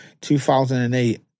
2008